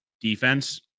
defense